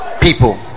people